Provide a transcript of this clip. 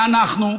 ואנחנו,